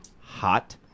hot